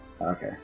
Okay